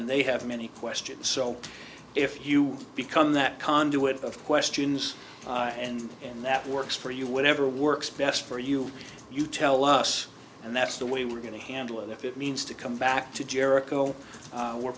and they have many questions so if you become that conduit of questions and in that works for you whatever works best for you you tell us and that's the way we're going to handle it if it means to come back to jericho we're